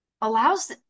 allows